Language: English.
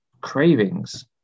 cravings